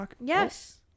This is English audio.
Yes